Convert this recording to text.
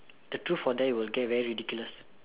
the truth or dare will get very ridiculous